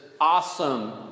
awesome